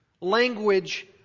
Language